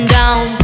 down